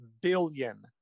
billion